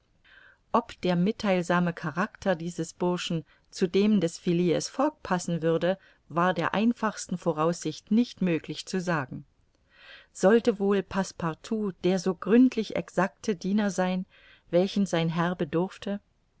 ob der mittheilsame charakter dieses burschen zu dem des phileas fogg passen würde war der einfachsten voraussicht nicht möglich zu sagen sollte wohl passepartout der so gründlich exacte diener sein welchen sein herr bedurfte